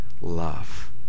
love